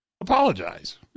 apologize